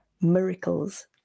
miracles